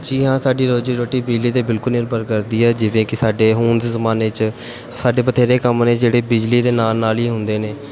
ਜੀ ਹਾਂ ਸਾਡੀ ਰੋਜ਼ੀ ਰੋਟੀ ਬਿਜਲੀ 'ਤੇ ਬਿਲਕੁਲ ਨਿਰਭਰ ਕਰਦੀ ਹੈ ਜਿਵੇਂ ਕਿ ਸਾਡੇ ਹੁਣ ਦੇ ਜ਼ਮਾਨੇ 'ਚ ਸਾਡੇ ਬਥੇਰੇ ਕੰਮ ਨੇ ਜਿਹੜੇ ਬਿਜਲੀ ਦੇ ਨਾਲ ਨਾਲ ਹੀ ਹੁੰਦੇ ਨੇ